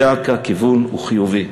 יודע כי הכיוון הוא חיובי.